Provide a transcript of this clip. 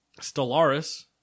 Stellaris